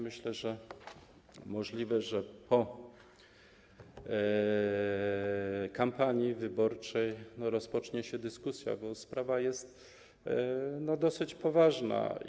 Myślę, że może po kampanii wyborczej rozpocznie się dyskusja, bo sprawa jest dosyć poważna.